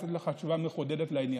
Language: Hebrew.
לתת לך תשובה מחודדת לעניין.